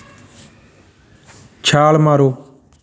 ਛਾਲ ਮਾਰੋ